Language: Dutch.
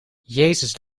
jezus